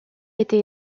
été